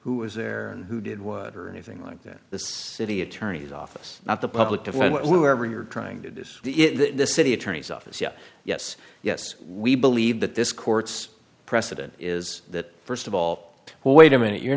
who was there and who did what or anything like that the city attorney's office not the public defender who ever you're trying to dis the city attorney's office yes yes yes we believe that this court's precedent is that first of all well wait a minute you're